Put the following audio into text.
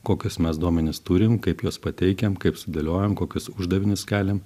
kokius mes duomenis turim kaip juos pateikiam kaip sudėliojam kokius uždavinius keliam